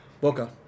Boca